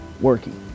working